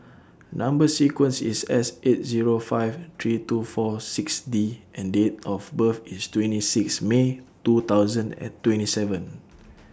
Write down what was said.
Number sequence IS S eight Zero five three two four six D and Date of birth IS twenty six May two thousand and twenty seven